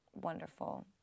wonderful